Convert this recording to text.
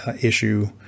issue